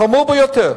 חמור ביותר.